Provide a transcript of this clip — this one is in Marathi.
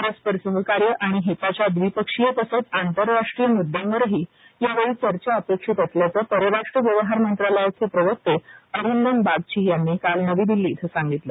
परस्पर सहकार्य आणि हिताच्या द्विपक्षीय तसच आंतरराष्ट्रीय मुद्द्यांवरही यावेळी चर्चा अपेक्षित असल्याचं परराष्ट्र व्यवहार मंत्रालयाचे प्रवक्ते अरिंदम बागची यांनी काल नवी दिल्ली इथं सांगितलं